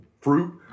fruit